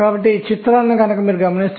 కాబట్టి ముందుగా n 3 l 1 నింపుతారు